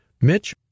Mitch